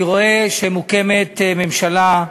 אני רואה שמוקמת ממשלה,